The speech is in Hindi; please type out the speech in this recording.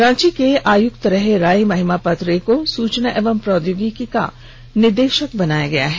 रांची के उपायुक्त रहे राय महिमापत रे को सूचना एवं प्रौद्योगिकी का निदेशक बनाया गया है